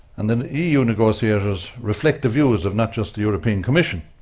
and then the eu negotiators reflect the views of not just the european commission